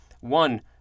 One